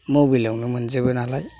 मबेल आवनो मोनजोबो नालाय